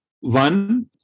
One